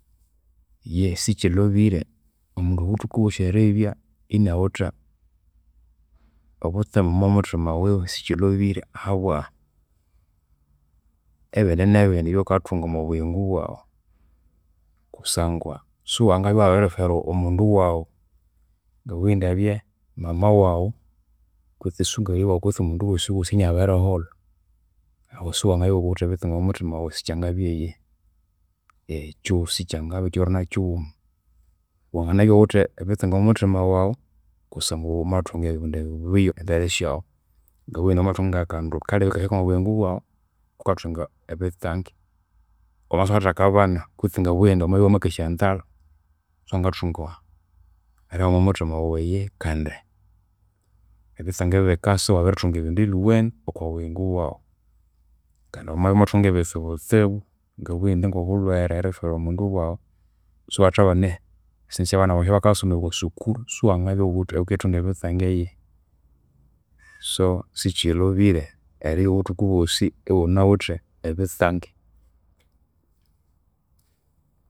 Eyihi sikyilhobire omundu obuthuku byosi eribya inawithe obutseme omwamuthima wiwe. Sikyilhobire ahabwa ebindinebindi ebyaghukathunga omwabuyingo bwaghu kusangwa siwangabya iwabiriferwa omundu waghu, ngabughe indi abye mama waghu kwitsi sungali waghu kwitsi omundu ghosighosi inyabiriholha. Ahu siwangabya ighuwithe obutseme omwamuthima waghu sikyangabya eyihi, ekyo sikyangabya kyiro nakyighuma. Wanginabya ighuwithe ebitsange omwamuthima waghu kusangwa wamathunga ebindu ebibuya embere syaghu. Ngabughe indi wamathunga ngakandu kalebe kahyaka omwabuyingo byaghu, ghukathunga ebitsange. Wamabya isiwathakabana kwitsi ngabughe indi wamabya iwamakesha nzalha, siwangathunga eraha omwamuthima waghu eyihi kandi ebitsange bikasa iwabirithunga ebindu ebiwene okwabuyingo. Kandi wamabya iwamathunga ngebitsitsibu, ngabughe indi ngobulhwere, eriferwa omundu waghu, siwathabana esyasente esyabana baghu bakayasomera okwasuru, siwangabya ighukethunga ebitsange eyihi. So, sikyilhobire eribya obuthuku byosi ighunawithe ebitsange.